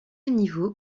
niveau